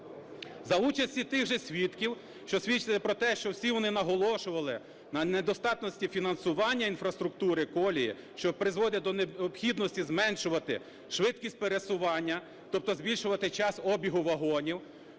За участі тих же свідків, що свідчили про те, що всі вони наголошували на недостатності фінансування інфраструктури колії, що призводить до необхідності зменшувати швидкість пересування, тобто збільшувати час обігу вагонів,